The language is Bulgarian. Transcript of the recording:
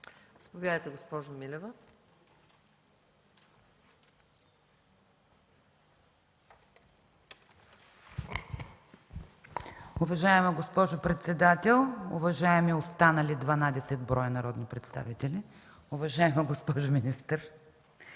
МИЛЕВА (ГЕРБ): Уважаема госпожо председател, уважаеми останали 12 броя народни представители! Уважаема госпожо министър,